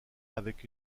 avec